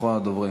אחרון הדוברים.